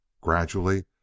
Gradually